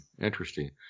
Interesting